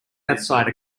outside